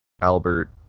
Albert